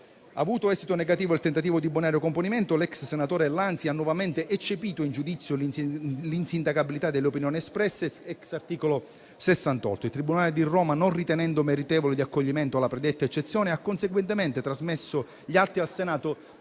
Avuto esito negativo il tentativo di bonario componimento, l'ex senatore Lanzi ha nuovamente eccepito in giudizio l'insindacabilità delle opinioni espresse *ex* articolo 68. Il tribunale di Roma, non ritenendo meritevole di accoglimento la predetta eccezione, ha conseguentemente trasmesso gli atti al Senato